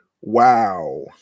Wow